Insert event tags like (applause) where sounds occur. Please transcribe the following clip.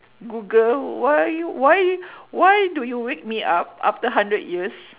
google why why (breath) why do you wake me up after hundred years